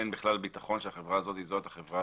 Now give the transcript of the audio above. אין בכלל ביטחון שהחברה הזאת היא החברה